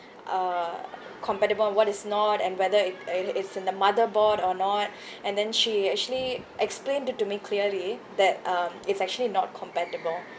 uh compatible and what is not and whether it uh it is in the motherboard or not and then she actually explained it to me clearly that um it's actually not compatible